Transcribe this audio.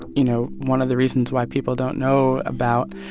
you know, one of the reasons why people don't know about